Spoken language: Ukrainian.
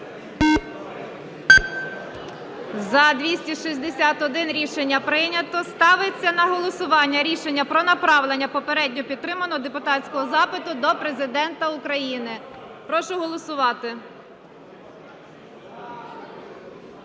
За-261 Рішення прийнято. Ставиться на голосування рішення про направлення попередньо підтриманого депутатського запиту до Президента України. Прошу голосувати.